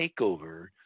takeover